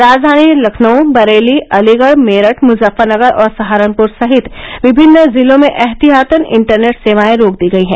राजधानी लखनऊ बरेली अलीगढ़ मेरठ मुजफ्फरनगर और सहारनपुर सहित विभिन्न जिलों में एहतियातन इंटरनेट सेवाए रोक दी गई हैं